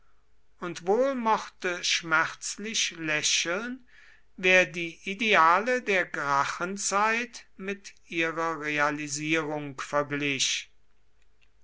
und wohl mochte schmerzlich lächeln wer die ideale der gracchenzeit mit ihrer realisierung verglich